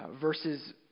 Verses